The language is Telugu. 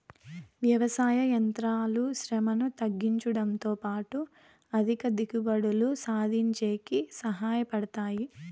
వ్యవసాయ యంత్రాలు శ్రమను తగ్గించుడంతో పాటు అధిక దిగుబడులు సాధించేకి సహాయ పడతాయి